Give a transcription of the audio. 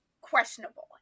questionable